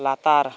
ᱞᱟᱛᱟᱨ